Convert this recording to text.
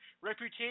reputation